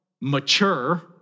mature